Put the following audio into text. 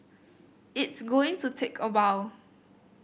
it's going to take a while